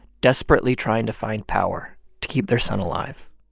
desperately trying to find power to keep their son alive